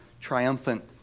triumphant